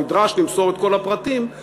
נדרש למסור את כל הפרטים,